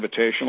Invitational